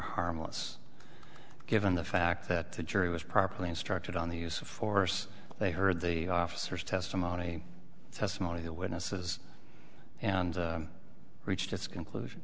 harmless given the fact that the jury was properly instructed on the use of force they heard the officers testimony testimony the witnesses and reached its conclusion